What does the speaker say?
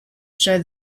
show